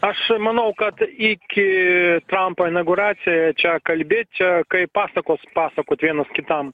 aš manau kad iki trampo inauguracija čia kalbėt čia kaip pasakos pasakot vienas kitam